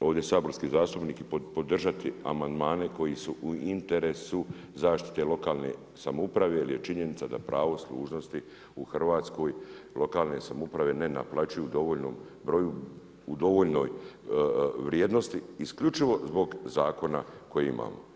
ovdje saborski zastupnici podržati amandmane koji su u interesu zaštite lokalne samouprave jer je činjenica da pravo služnosti u Hrvatskoj lokalne samouprave ne naplaćuju u dovoljnom broju, u dovoljnoj vrijednosti isključivo zbog zakona koji imamo.